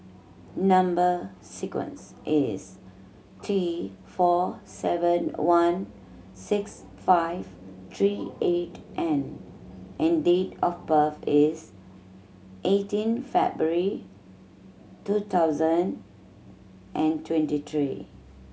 number sequence is T four seven one six five three eight N and date of birth is eighteen February two thousand and twenty three